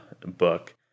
book